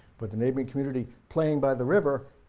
but the neighboring community playing by the river,